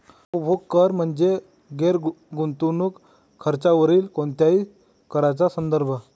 उपभोग कर म्हणजे गैर गुंतवणूक खर्चावरील कोणत्याही कराचा संदर्भ